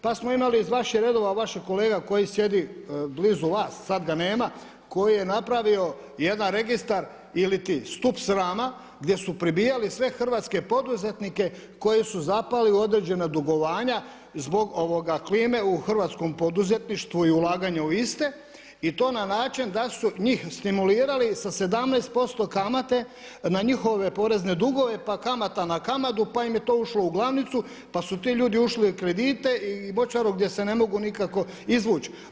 Pa smo imali iz vaših redova, vaših kolega koji sjedi blizu vas, sad ga nema, koji je napravio jedan registar iliti stup srama gdje su pribijali sve hrvatske poduzetnike koji su zapali u određena dugovanja zbog klime u hrvatskom poduzetništvu i ulaganja u iste i to na način da su njih stimulirali sa 17% kamate na njihove porezne dugove pa kamata na kamatu, pa im je to ušlo u glavnicu, pa su ti ljudi ušli u kredite i močvaru gdje se ne mogu nikako izvući.